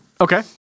Okay